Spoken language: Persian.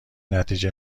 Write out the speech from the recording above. نتیجه